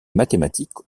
mathématiques